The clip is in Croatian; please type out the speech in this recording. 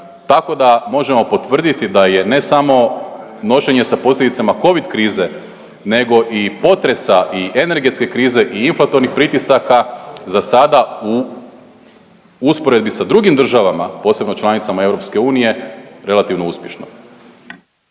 Tako da možemo potvrditi da je ne samo nošenje sa posljedicama Covid krize nego i potresa i energetske krize i inflatornih pritisaka za sada u usporedbi sa drugim državama posebno članicama EU relativno uspješno.